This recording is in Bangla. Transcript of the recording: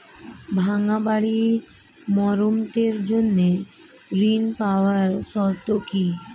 ভাঙ্গা বাড়ি মেরামতের জন্য ঋণ পাওয়ার শর্ত কি?